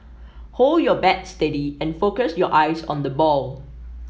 hold your bat steady and focus your eyes on the ball